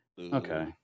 Okay